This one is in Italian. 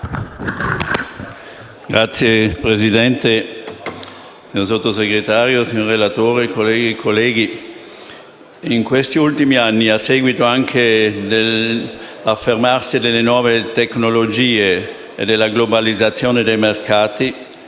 Signor Presidente, signor Sottosegretario, signor relatore, colleghe e colleghi, in questi ultimi anni, a seguito anche dell’affermarsi delle nuove tecnologie e della globalizzazione dei mercati,